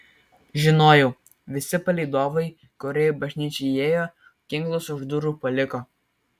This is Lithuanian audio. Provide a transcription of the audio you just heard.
žinojau visi palydovai kurie į bažnyčią įėjo ginklus už durų paliko